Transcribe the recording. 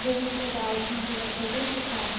देहस्य धार्ढ्यमपि वर्तते तथा